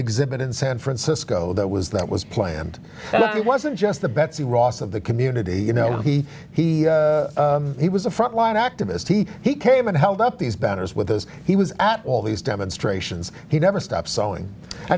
exhibit in san francisco that was that was planned that it wasn't just the betsy ross of the community you know he he he was a front line activist he he came and held up these banners with us he was at all these demonstrations he never stopped sewing how